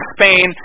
Spain